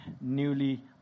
newly